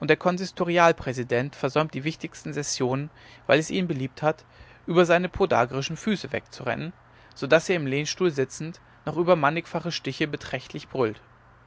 und der konsistorialpräsident versäumt die wichtigsten sessionen weil es ihnen beliebt hat über seine podagrischen füße wegzurennen so daß er im lehnstuhl sitzend noch über mannigfache stiche beträchtlich brüllt